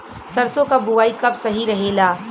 सरसों क बुवाई कब सही रहेला?